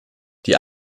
die